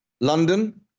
London